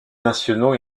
nationaux